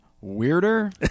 weirder